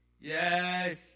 Yes